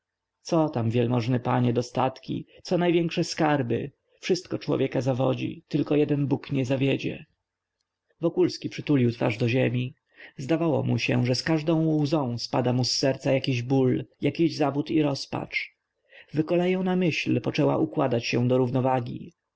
co tam wielmożny panie dostatki co największe skarby wszystko człowieka zawodzi tylko jeden bóg nie zawiedzie wokulski przytulił twarz do ziemi zdawało mu się że z każdą łzą spada mu z serca jakiś ból jakiś zawód i rozpacz wykolejona myśl poczęła układać się do równowagi